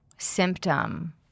symptom